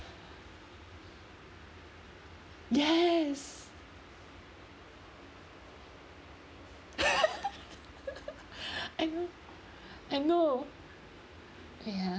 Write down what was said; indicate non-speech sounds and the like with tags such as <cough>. yes <laughs> <breath> I know I know ya